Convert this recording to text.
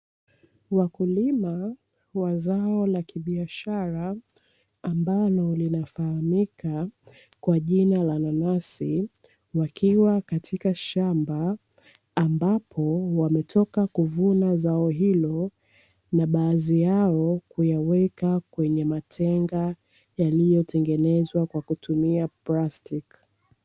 Wakulima wa zao la kibiashara ambalo linafahamika kwa jina la nanasi wakiwa katika shamba ambapo wametoka kuvuna zao hilo. Na baadhi yao kuyaweka kwenye matenga yaliyotengenezwa kwa kutumia plastiki.